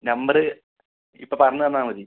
number ഇപ്പോൾ പറഞ്ഞു തന്നാൽ മതി